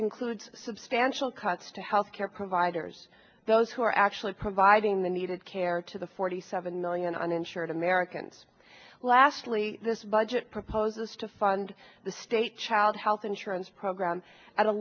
includes substantial cuts to health care providers those who are actually providing the needed care to the forty seven million uninsured americans lastly this budget proposes to fund the state child health insurance program at a